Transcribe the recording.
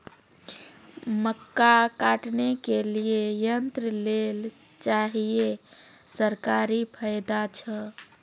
मक्का काटने के लिए यंत्र लेल चाहिए सरकारी फायदा छ?